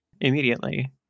immediately